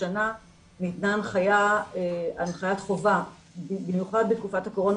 השנה ניתנה הנחיית חובה במיוחד בתקופת הקורונה